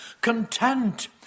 content